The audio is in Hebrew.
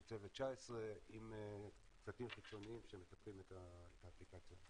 צוות 19 עם צוותים חיצוניים שמפתחים את האפליקציה.